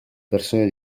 persone